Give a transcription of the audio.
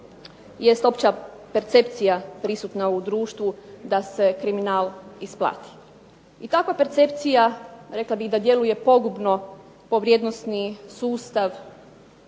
jest opća percepcija prisutna u društvu da se kriminal isplati. I takva percepcija rekla bih da djeluje pogubno po vrijednosni sustav